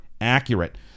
accurate